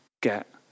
get